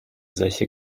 solche